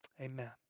Amen